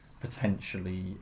potentially